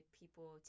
people